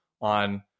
on